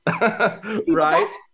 Right